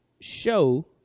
show